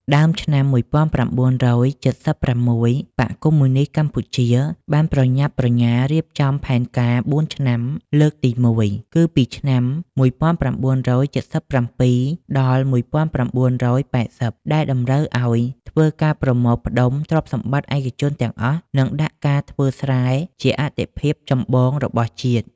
ដើមឆ្នាំ១៩៧៦ បក្សកុម្មុយនីស្តកម្ពុជាបានប្រញាប់ ប្រញាល់រៀបចំផែនការបួនឆ្នាំលើកទីមួយ គឺពីឆ្នាំ ១៩៧៧-១៩៨០ ដែលតម្រូវឱ្យធ្វើការប្រមូលផ្តុំព្រទ្យសម្បត្តិឯកជនទាំងអស់ និងដាក់ការធ្វើស្រែជាអាទិភាពចម្បងរបស់ជាតិ។